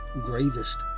gravest